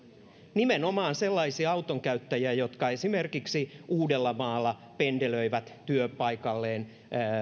nimenomaan sellaisia autonkäyttäjiä jotka esimerkiksi uudellamaalla pendelöivät työpaikalleen